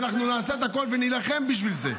נעשה הכול ונילחם בשביל זה.